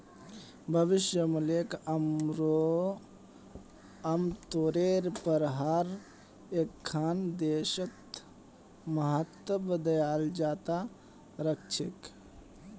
भविष्य मूल्यक आमतौरेर पर हर एकखन देशत महत्व दयाल जा त रह छेक